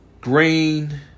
Green